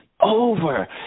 over